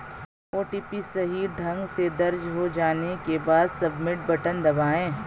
OTP सही ढंग से दर्ज हो जाने के बाद, सबमिट बटन दबाएं